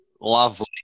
Lovely